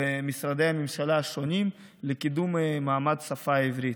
במשרדי הממשלה השונים לקידום מעמד השפה העברית.